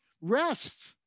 rest